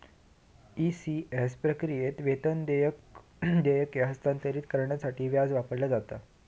ECS प्रक्रियेत, वेतन देयके हस्तांतरित करण्यासाठी व्याज वापरला जाता